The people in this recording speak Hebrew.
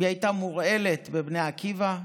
היא הייתה מורעלת בבני עקיבא,